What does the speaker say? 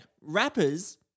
Rappers